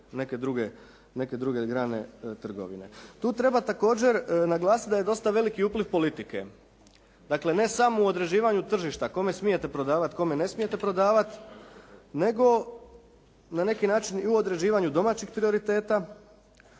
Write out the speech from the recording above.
neke druge grane trgovine. Tu treba također naglasiti da je dosta veliki upliv politike. Dakle ne samo u određivanju tržišta kome smijete prodavati, kome ne smijete prodavati nego na neki način u određivanju domaćih prioriteta,